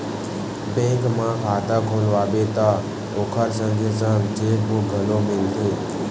bank म खाता खोलवाबे त ओखर संगे संग चेकबूक घलो मिलथे